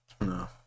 No